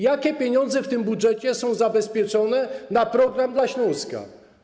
Jakie pieniądze w tym budżecie są zabezpieczone na program dla Śląska?